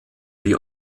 die